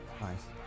Nice